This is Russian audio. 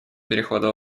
перехода